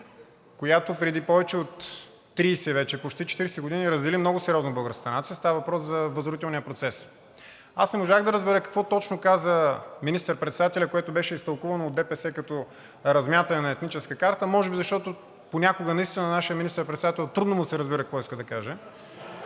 която преди повече от 30, вече почти 40 години, раздели много сериозно българската нация. Става въпрос за възродителния процес. Аз не можах да разбера какво точно каза министър-председателят, което беше изтълкувано от ДПС като размятане на етническа карта – може би, защото понякога наистина на нашия министър-председател трудно му се разбира какво иска да каже.